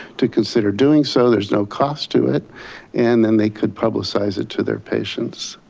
to consider doing so. there's no cost to it and then they could publicize it to their patients.